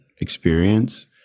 experience